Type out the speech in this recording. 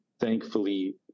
thankfully